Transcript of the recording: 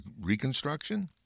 reconstruction